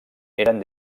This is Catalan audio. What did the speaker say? eren